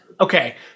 okay